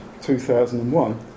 2001